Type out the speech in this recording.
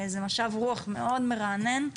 זה משב רוח מאוד מרענן,